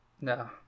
No